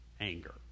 anger